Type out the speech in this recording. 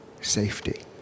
Safety